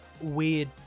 weird